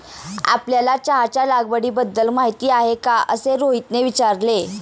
आपल्याला चहाच्या लागवडीबद्दल माहीती आहे का असे रोहितने विचारले?